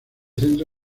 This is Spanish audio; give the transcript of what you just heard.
centra